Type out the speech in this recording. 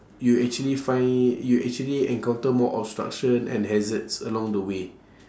you actually find you actually encounter more obstruction and hazards along the way